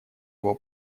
его